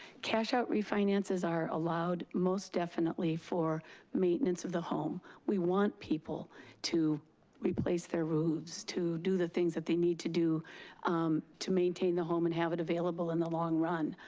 cash out refinances are allowed most definitely for maintenance of the home. we want people to replace their roofs, to do the things that they need to do to maintain the home and have it available in the long run.